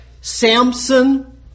Samson